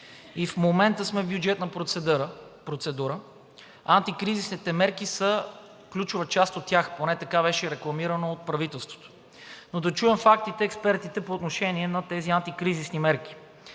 И в момента сме в бюджетна процедура, а антикризисните мерки са ключова част от тях, поне така беше рекламирано от правителството. Но да чуем фактите по отношение на тези антикризисни мерки.